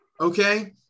Okay